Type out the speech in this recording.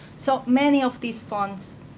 so many of these funds,